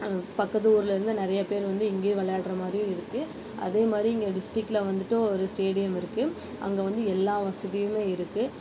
பக்கத்து ஊர்லிருந்து நிறைய பேர் வந்து இங்கே விளாட்ற மாதிரி இருக்குது அதே மாதிரி இங்கே டிஸ்ட்ரிக்ட்டில் வந்துட்டு ஒரு ஸ்டேடியம் இருக்குது அங்கே வந்து எல்லா வசதியுமே இருக்குது